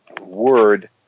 word